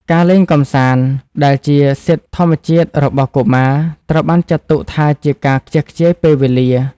ការលេងកម្សាន្តដែលជាសិទ្ធិធម្មជាតិរបស់កុមារ ត្រូវបានចាត់ទុកថាជាការខ្ជះខ្ជាយពេលវេលា។